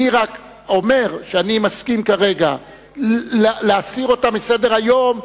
אני אומר שאני מסכים כרגע להסיר אותה מסדר-היום,